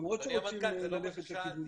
למרות שרוצים ללכת לכיוון --- אדוני המנכ"ל,